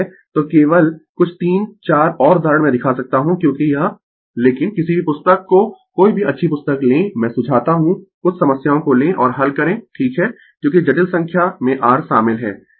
तो केवल कुछ 3 4 और उदाहरण मैं दिखा सकता हूं क्योंकि यह लेकिन किसी भी पुस्तक को कोई भी अच्छी पुस्तक लें मैं सुझाता हूं कुछ समस्याओं को लें और हल करें ठीक है क्योंकि जटिल संख्या में r शामिल है संदर्भ समय 3154